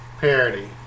parody